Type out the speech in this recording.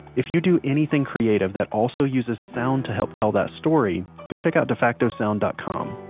if you do anything creative that also uses sound to help tell that story, go check out defactosound dot com.